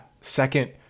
second